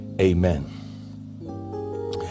Amen